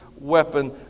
weapon